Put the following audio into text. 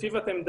שלפיו אתם דנים,